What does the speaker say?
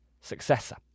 successor